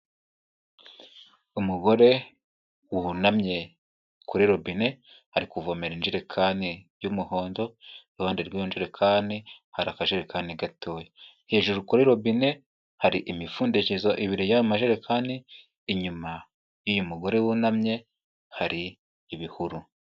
Umugore wunamye kuri robine ari kuvomera injerekani y'umuhondo, iruhande rw'iyonjerekani hari akajerekani gatoya. Hejuru kuri robine hari imipfundikezo ibiri y'aya majerekani inyuma y'uyu mugore wunamye hari ibihuru.